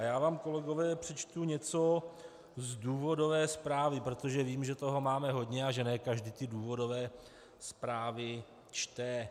Já vám, kolegové, přečtu něco z důvodové zprávy, protože vím, že toho máme hodně a že ne každý ty důvodové zprávy čte.